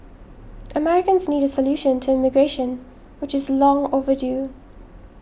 Americans need a solution to immigration which is long overdue